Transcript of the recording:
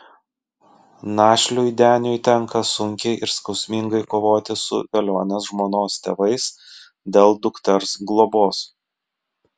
našliui deniui tenka sunkiai ir skausmingai kovoti su velionės žmonos tėvais dėl dukters globos